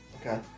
Okay